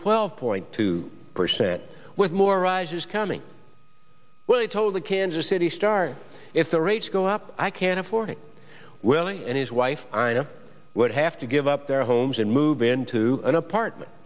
twelve point two percent with more rises coming when he told the kansas city star if the rates go up i can't afford it well and his wife i know would have to give up their homes and moved into an apartment